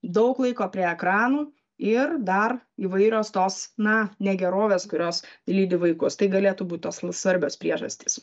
daug laiko prie ekranų ir dar įvairios tos na negerovės kurios lydi vaikus tai galėtų būt tos svarbios priežastys